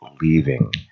leaving